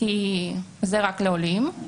כי זה רק לעולים.